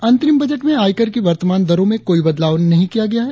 अंतरिम बजट में आयकर की वर्तमान दरों में कोई बदलाव नहीं किया गया है